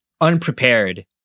unprepared